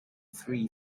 three